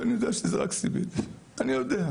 אני יודע שזה רק CBD. אני יודע.